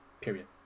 period